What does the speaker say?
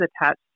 attached